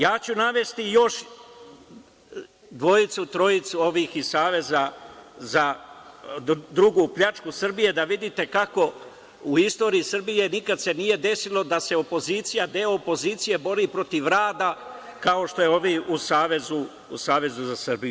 Navešću još dvojicu, trojicu iz saveza za drugu pljačku Srbije, pa da vidite kako se u istoriji Srbije nikada nije desilo da se opozicija, deo opozicije bori protiv rada, kao ovi u Savezu za Srbiju.